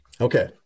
Okay